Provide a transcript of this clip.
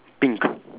pink